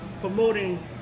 promoting